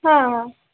हां हां